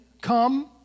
come